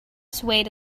swayed